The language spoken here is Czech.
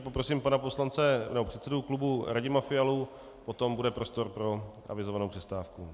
Poprosím pana předsedu klubu Radima Fialu a potom bude prostor pro avizovanou přestávku.